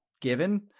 given